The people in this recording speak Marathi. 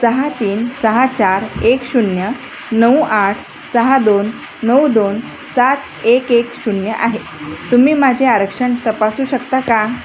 सहा तीन सहा चार एक शून्य नऊ आठ सहा दोन नऊ दोन सात एक एक शून्य आहे तुम्ही माझे आरक्षण तपासू शकता का